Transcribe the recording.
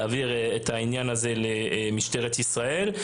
להעביר את העניין הזה למשטרת ישראל,